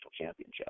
championship